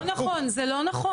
לא נכון, זה לא נכון.